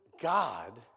God